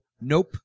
nope